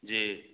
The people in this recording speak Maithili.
जी